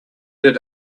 did